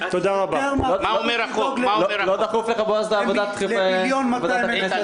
בועז, לא דחוף לך לעבודת הכנסת?